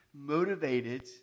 motivated